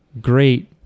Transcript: Great